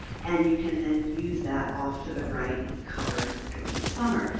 and you can then use that off to the right. it's covered during the summer.